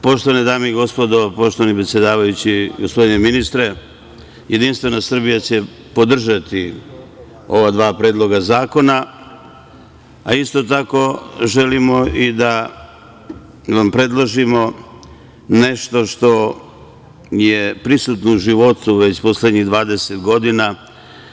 Poštovane dame i gospodo, poštovani predsedavajući, gospodine ministre, JS će podržati ova dva predloga zakona, a isto tako želimo i da vam predložimo nešto što je prisutno u životu već poslednjih 20 godina.